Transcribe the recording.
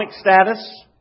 status